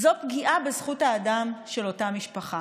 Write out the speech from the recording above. זאת פגיעה בזכות האדם של אותה משפחה.